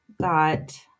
got